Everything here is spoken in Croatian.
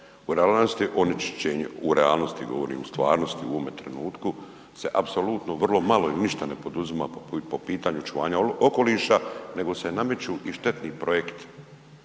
U realnosti je onečišćenje, u realnosti govorim u stvarnosti u ovome trenutku se apsolutno i vrlo malo ili ništa ne poduzima po pitanju očuvanja okoliša nego se nameću i štetni projekti.